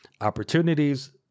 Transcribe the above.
opportunities